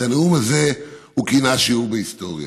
את הנאום הזה הוא כינה שיעור בהיסטוריה,